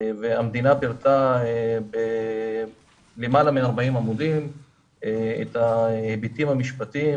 והמדינה פירטה מלמעלה מ-40 עמודים את ההיבטים המשפטיים